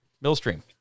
Millstream